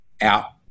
out